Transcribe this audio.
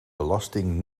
belasting